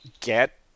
get